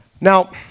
Now